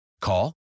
Call